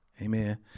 amen